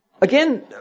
again